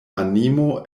animo